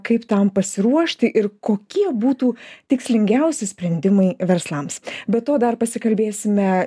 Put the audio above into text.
kaip tam pasiruošti ir kokie būtų tikslingiausi sprendimai verslams be to dar pasikalbėsime